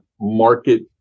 market